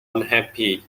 unhappy